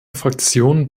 fraktion